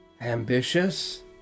Ambitious